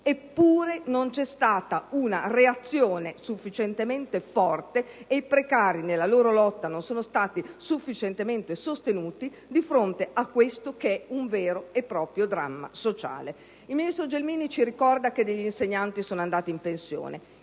Eppure, non vi è stata una reazione sufficientemente forte e i precari nella loro lotta non sono stati adeguatamente sostenuti di fronte a questo vero e proprio dramma sociale. Il ministro Gelmini ricorda che alcuni insegnanti sono andati in pensione.